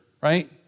right